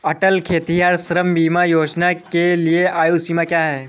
अटल खेतिहर श्रम बीमा योजना के लिए आयु सीमा क्या है?